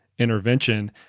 intervention